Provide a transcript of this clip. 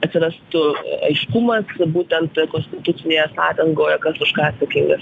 atsirastų aiškumas būtent konstitucinėje sądangoje kas už ką atsakingas